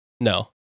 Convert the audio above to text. No